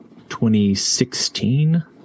2016